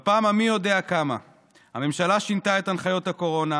בפעם המי-יודע-כמה הממשלה שינתה את הנחיות הקורונה,